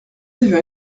avions